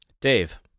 Dave